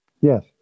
Yes